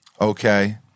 Okay